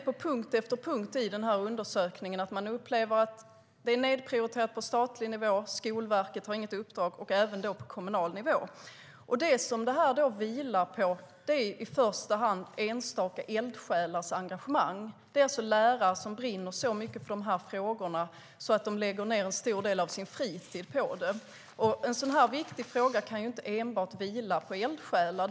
På punkt efter punkt i undersökningen kan man se att de upplever att det är nedprioriterat på statlig nivå - Skolverket har inget uppdrag - och även på kommunal nivå. Vad detta vilar på är i första hand enstaka eldsjälars engagemang. Det är alltså lärare som brinner så mycket för de här frågorna att de lägger ned en stor del av sin fritid på det. Men en så viktig fråga får inte enbart vila på eldsjälar.